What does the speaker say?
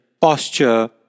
posture